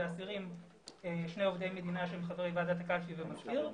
באסירים שני עובדי מדינה שהם חברי ועדת הקלפי ומזכיר.